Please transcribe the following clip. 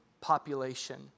population